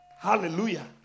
Hallelujah